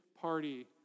party